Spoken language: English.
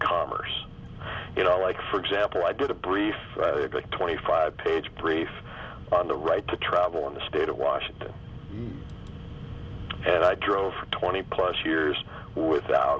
commerce you know like for example i did a brief twenty five page brief on the right to travel in the state of washington and i drove twenty plus years without